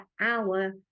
hour